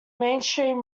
mainstream